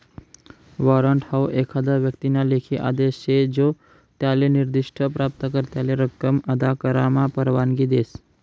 warrant हाऊ एखादा व्यक्तीना लेखी आदेश शे जो त्याले निर्दिष्ठ प्राप्तकर्त्याले रक्कम अदा करामा परवानगी देस